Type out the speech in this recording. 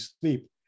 sleep